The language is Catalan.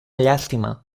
llàstima